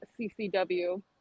CCW